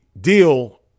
deal